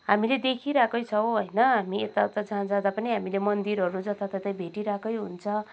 हामीले देखिरहेकै छौँ होइन हामी यताउता जहाँ जाँदा पनि हामीले मन्दिरहरू जताततै भेटिरहेकै हुन्छ